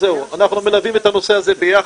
שמענו ממתן על הדוח וכולנו התייחסנו לדוח,